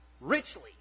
richly